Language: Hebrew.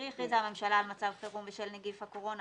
הכריזה הממשלה על מצב חירום בשל נגיף הקורונה